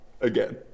Again